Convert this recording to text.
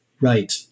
Right